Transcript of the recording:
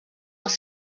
els